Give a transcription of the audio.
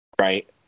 right